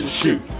shoot